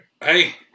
Hey